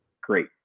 Great